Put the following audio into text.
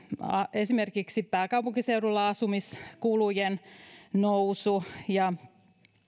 esimerkiksi pääkaupunkiseudulla asumiskulujen nousu ja